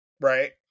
right